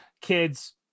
kids